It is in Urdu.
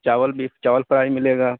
چاول بھی چاول فرائی مِلے گا